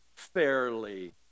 Fairly